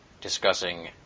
discussing